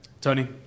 Tony